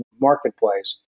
marketplace